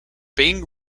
byng